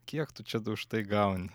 kiek tu čia už tai gauni